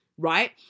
Right